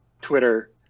Twitter